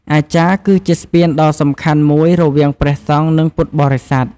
អាចារ្យគឺជាស្ពានដ៏សំខាន់មួយរវាងព្រះសង្ឃ និងពុទ្ធបរិស័ទ។